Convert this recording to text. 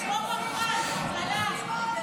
כמו ברחן, הלך.